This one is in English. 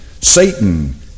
Satan